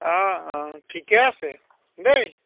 অঁ অঁ ঠিকেই আছে দেই